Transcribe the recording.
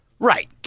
Right